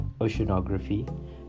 Oceanography